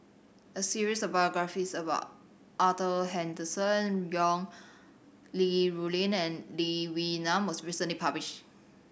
a series of biographies about Arthur Henderson Young Li Rulin and Lee Wee Nam was recently published